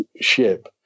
ship